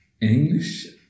English